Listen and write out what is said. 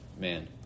man